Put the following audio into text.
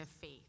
faith